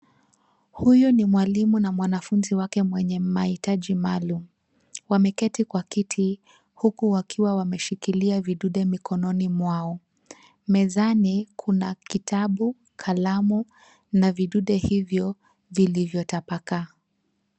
Huyu ni mwalimu na mwanafunzi wake mwenye mahitaji maalum. Wameketi kwa kiti huku wakiwa wameshikilia vidude mikononi mwao. Mezani kuna kitabu, kalamu na vidude hivyo vilivyotabakaa.